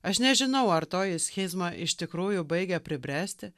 aš nežinau ar toji schizma iš tikrųjų baigia pribręsti